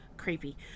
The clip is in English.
creepy